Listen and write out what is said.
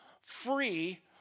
free